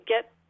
get